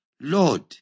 Lord